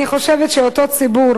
אני חושבת שאותו ציבור